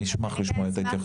אשמח לשמוע את ההתייחסות שלכם.